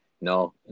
No